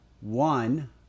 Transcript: one